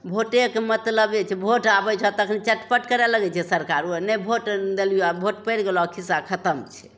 भोटेके मतलबे छै भोट आबै छऽ तखनी चटपट करै लगै छै सरकारो ने भोट देलिए भोट पड़ि गेलऽ खिस्सा खतम छै